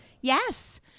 Yes